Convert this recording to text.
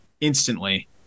instantly